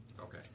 Okay